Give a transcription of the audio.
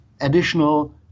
additional